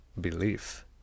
belief